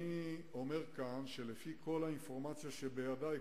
אני אומר כאן שלפי כל האינפורמציה שבידי,